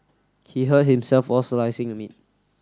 he hurt himself while slicing the meat